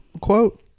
quote